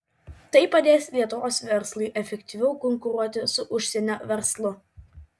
tai padės lietuvos verslui efektyviau konkuruoti su užsienio verslu